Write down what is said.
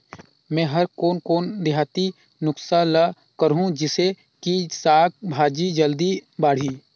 मै हर कोन कोन देहाती नुस्खा ल करहूं? जिसे कि साक भाजी जल्दी बाड़ही?